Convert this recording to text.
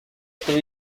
kuba